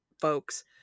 folks